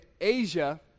Asia